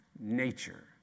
nature